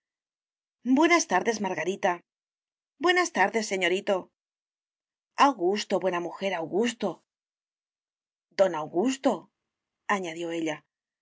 buenas tardes margarita buenas tardes señorito augusto buena mujer augusto don augustoañadió ella